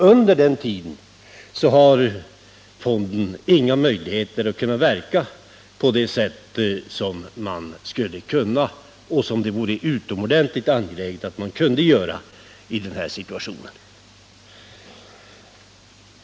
Under den tiden har fonden inga möjligheter att verka på det sätt som det vore angeläget att den kunde göra i den nu rådande situationen.